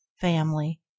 family